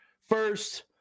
First